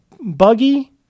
buggy